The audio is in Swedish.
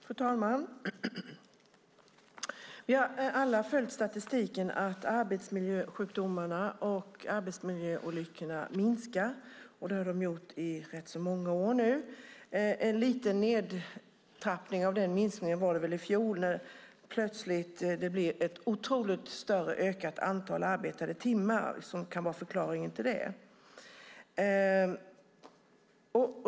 Fru talman! Vi har alla följt statistiken att arbetsmiljösjukdomarna och arbetsmiljöolyckorna minskar, och det har de gjort i rätt många år nu. En liten nedtrappning av minskningen var det i fjol, då det plötsligt blev ett otroligt ökat antal arbetade timmar som kan vara förklaringen till det.